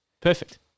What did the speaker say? perfect